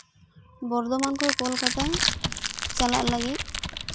ᱵᱚᱨᱫᱷᱚᱢᱟᱱ ᱠᱷᱚᱡ ᱠᱳᱞᱠᱟᱛᱟ ᱪᱟᱞᱟᱜ ᱞᱟᱹᱜᱤᱫ